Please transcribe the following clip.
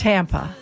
Tampa